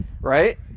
right